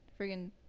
Freaking